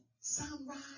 sunrise